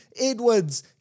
Edwards